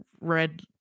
red